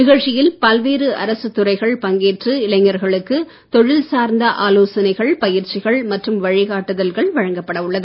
நிகழ்ச்சியில் பல்வேறு அரசுத் துறைகள் பங்கேற்று இளைஞர்களுக்கு தொழில் சார்ந்த ஆலோசனைகள் பயிற்சிகள் மற்றும் வழிகாட்டுதல்கள் வழங்கப்பட உள்ளன